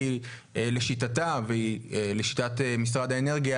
כי לשיטת משרד האנרגיה,